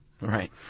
Right